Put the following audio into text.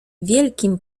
wielkim